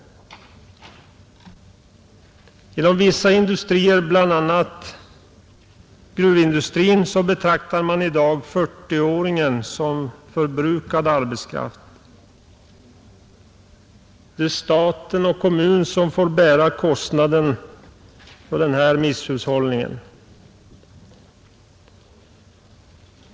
Inom vissa industrier, bl.a. gruvindustrin, betraktar man i dag 40-åringen som förbrukad arbetskraft. Det är staten och kommunen som får bära kostnaden för denna misshushållning.